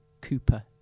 Cooper